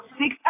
six